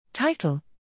Title